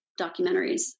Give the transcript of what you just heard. documentaries